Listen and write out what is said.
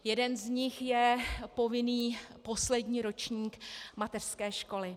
Jeden z nich je povinný poslední ročník mateřské školy.